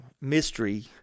mystery